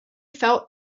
felt